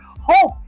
Hope